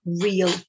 real